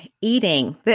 eating